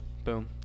boom